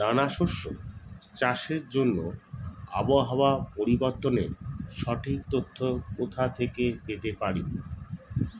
দানা শস্য চাষের জন্য আবহাওয়া পরিবর্তনের সঠিক তথ্য কোথা থেকে পেতে পারি?